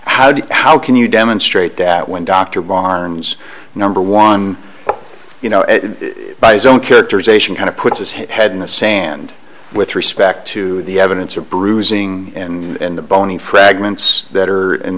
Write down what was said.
you how can you demonstrate that when dr barnes number one you know by his own characterization kind of puts his head in the sand with respect to the evidence or bruising and the bone fragments that are in